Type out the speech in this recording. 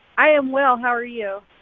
i am well. how are you?